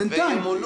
בינתיים.